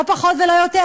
לא פחות ולא יותר,